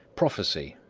prophecy,